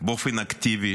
באופן אקטיבי